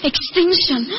Extinction